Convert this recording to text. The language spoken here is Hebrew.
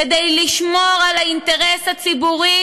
כדי לשמור על האינטרס הציבורי